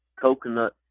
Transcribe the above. coconut